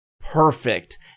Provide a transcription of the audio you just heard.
perfect